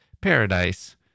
paradise